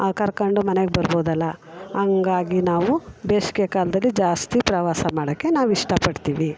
ಕರ್ಕೊಂಡು ಮನೆಗೆ ಬರ್ಬೋದಲ್ಲ ಹಂಗಾಗಿ ನಾವು ಬೇಸ್ಗೆ ಕಾಲದಲ್ಲಿ ಜಾಸ್ತಿ ಪ್ರವಾಸ ಮಾಡೋಕೆ ನಾವು ಇಷ್ಟ ಪಡ್ತೀವಿ